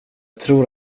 tror